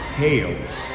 tales